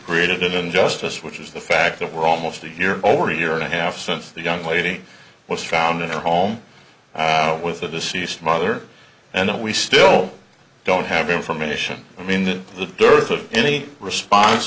created an injustice which is the fact that we're almost a year over year and a half since the young lady was found in her home with a deceased mother and we still don't have information i mean the dearth of any response